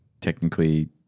technically